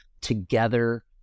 together